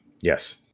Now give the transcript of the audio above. Yes